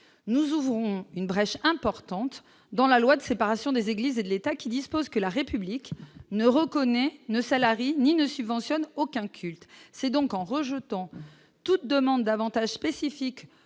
nous ouvrons une brèche importante dans la loi de séparation des Églises et de l'État, qui dispose que la République ne reconnaît, ne salarie ni ne subventionne aucun culte, c'est donc en rejetant toute demande d'avantages spécifiques